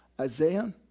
Isaiah